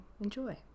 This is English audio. enjoy